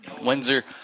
Windsor